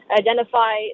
identify